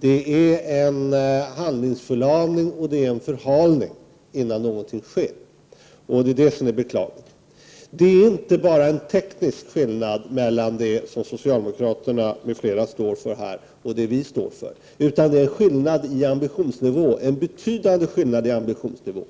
Det är en handlingsförlamning och ett förhalande innan någonting sker, och det är beklagligt. Det är inte bara en teknisk skillnad mellan det som socialdemokraterna m.fl. står för och det vi står för, utan det är en betydande skillnad i ambitionsnivån.